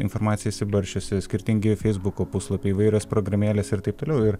informacija išsibarsčiusi skirtingi feisbuko puslapiai įvairios programėlės ir taip toliau ir